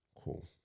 Cool